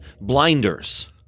blinders